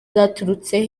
zaturutse